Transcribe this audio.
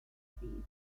speed